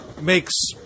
makes